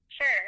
Sure